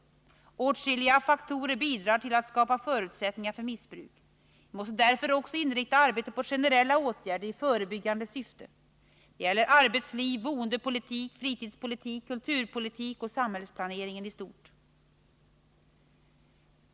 Åtskilliga faktorer bidrar till att skapa förutsättningar för missbruk. Vi måste därför också inrikta arbetet på generella åtgärder i förebyggande syfte. Det gäller arbetsliv, boendepolitik, fritidspolitik, kulturpolitik och samhällsplaneringen i stort.